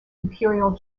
imperial